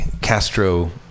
castro